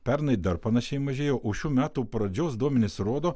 pernai dar panašiai mažėjo o šių metų pradžios duomenys rodo